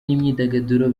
n’imyidagaduro